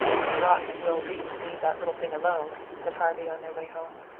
pretty rotten of will leete to leave that little thing alone, said harvey on their way home.